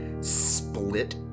split